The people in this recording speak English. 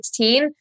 2016